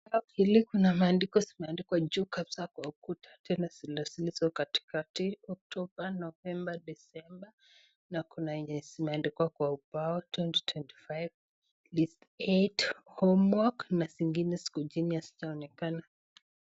Kuna maandiko zimeandikwa juu kabisa kwa ukuta tena zilizo katikati Ocober , November , December na kuna yenye zimeandikwa kwa ubao twenty twenty five list eight home work na zingine ziko chini hazijaonekana .